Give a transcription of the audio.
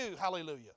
Hallelujah